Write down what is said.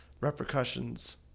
repercussions